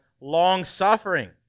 long-suffering